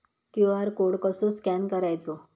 QR code कसो scan करायचो?